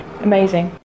Amazing